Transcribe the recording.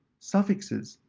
suffixes,